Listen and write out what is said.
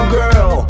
girl